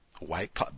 White